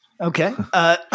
Okay